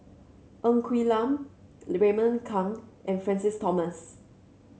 Ng Quee Lam Raymond Kang and Francis Thomas